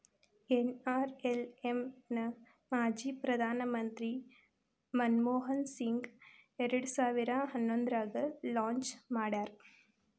NRLM ನ ಮಾಜಿ ಪ್ರಧಾನ್ ಮಂತ್ರಿ ಮನಮೋಹನ್ ಸಿಂಗ್ ಎರಡ್ ಸಾವಿರ ಹನ್ನೊಂದ್ರಾಗ ಲಾಂಚ್ ಮಾಡ್ಯಾರ